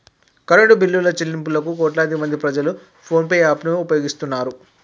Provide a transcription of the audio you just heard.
current బిల్లుల చెల్లింపులకు కోట్లాదిమంది ప్రజలు ఫోన్ పే యాప్ ను ఉపయోగిస్తున్నారు